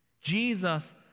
Jesus